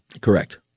Correct